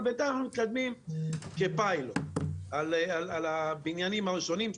אבל בינתיים אנחנו מקדמים את זה כפיילוט על הבניינים הראשונים.